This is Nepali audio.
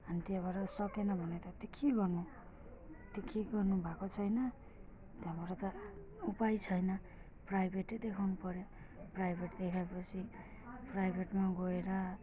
अनि त्यही भएर सकेन भने त त्यो के गर्नु त्यो केही गर्नुभएको छैन त्यहाँबाट त उपाय छैन प्राइभेटै देखाउनुपऱ्यो प्राइभेट देखाएपछि प्राइभेटमा गएर